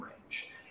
range